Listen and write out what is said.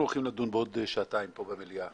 בעוד שעתיים אנחנו הולכים לדון במליאה